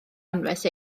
anwes